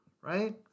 Right